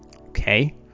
Okay